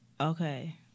Okay